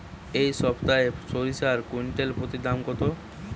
এই সপ্তাহে সরিষার কুইন্টাল প্রতি দাম কত?